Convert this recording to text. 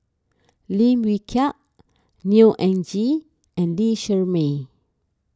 Lim Wee Kiak Neo Anngee and Lee Shermay